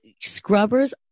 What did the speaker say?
scrubbers